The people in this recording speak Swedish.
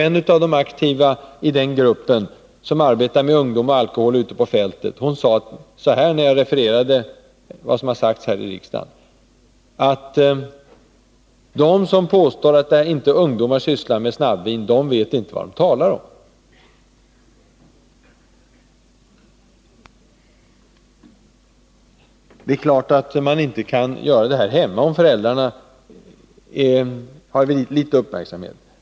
En av de aktiva i den gruppen, som ute på fältet arbetar med ungdom och alkohol, sade så här, när jag refererade vad som har sagts här i riksdagen: De som påstår att ungdomar inte sysslar med snabbvintillverkning vet inte vad de talar om. Det är klart att ungdomarna inte kan brygga vinet hemma, om föräldrarna är litet uppmärksamma.